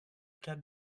cadre